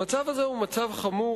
המצב הזה הוא מצב חמור,